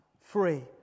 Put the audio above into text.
free